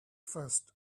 first